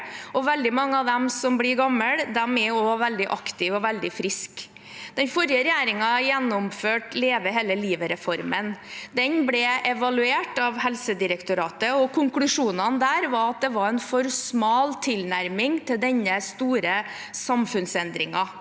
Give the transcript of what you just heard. mange av dem som blir gamle, er også veldig aktive og veldig friske. Den forrige regjeringen gjennomførte Leve hele livet-reformen. Den ble evaluert av Helsedirektoratet, og konklusjonene der var at det var en for smal tilnærming til denne store samfunnsendringen.